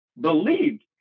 believed